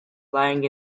lying